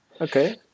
Okay